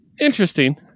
interesting